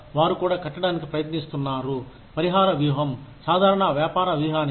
వారు కూడా కట్టడానికి ప్రయత్నిస్తున్నారు పరిహార వ్యూహం సాధారణ వ్యాపార వ్యూహానికి